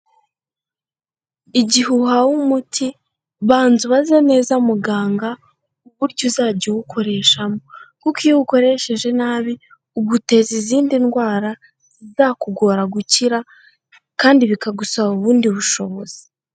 Igihe uhawe umuti banza ubaze neza muganga uburyo uzajya uwukoreshamo kuko iyo uwukoresheje nabi uguteza izindi ndwara zizakugora gukira kandi bikagusaba ubundi bushobozi.